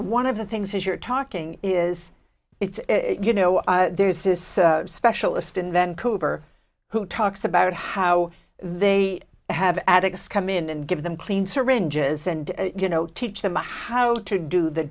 one of the things is you're talking is it's you know there's this specialist in vancouver who talks about how they have addicts come in and give them clean syringes and you know teach them a how to do the